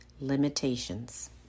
limitations